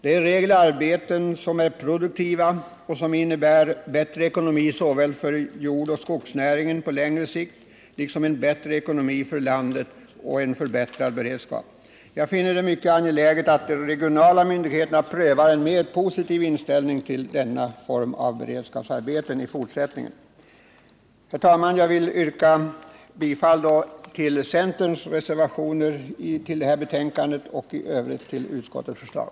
Det är i regel produktiva arbeten som innebär bättre ekonomi såväl för jordsom för skogsnäringen på längre sikt, liksom en bättre ekonomi för landet och en förbättrad beredskap. Jag finner det mycket angeläget att de regionala myndigheterna prövar en mer positiv inställning till denna form av beredskapsarbeten i fortsättningen. Herr talman! Jag vill yrka bifall till centerns reservationer till betänkandet och i övrigt till utskottets förslag.